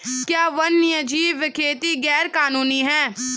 क्या वन्यजीव खेती गैर कानूनी है?